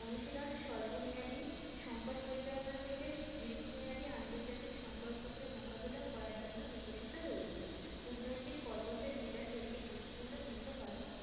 অনুশীলন স্বল্পমেয়াদী সঙ্কট পরিচালনা থেকে দীর্ঘমেয়াদী আন্তর্জাতিক সম্পর্ককে মোকাবিলা করার জন্য বিকশিত হয়েছে কূটনৈতিক করপোষের বিকাশে একটি গুরুত্বপূর্ণ ভূমিকা পালন করে